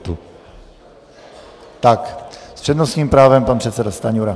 S přednostním právem pan předseda Stanjura.